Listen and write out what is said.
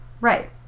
Right